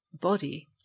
body